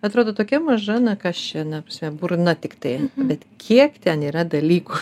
atrodo tokia maža na kas čia na prasme burna tik tai bet kiek ten yra dalykų